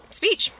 speech